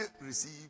receive